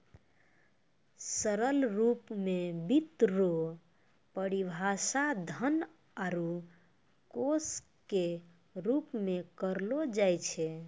सरल रूप मे वित्त रो परिभाषा धन आरू कोश के रूप मे करलो जाय छै